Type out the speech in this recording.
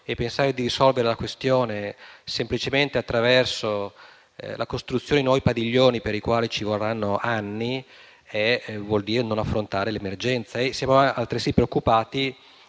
e pensare di risolvere la questione semplicemente attraverso la costruzione di nuovi padiglioni per i quali ci vorranno anni vuol dire non affrontare l'emergenza. Siamo altresì preoccupati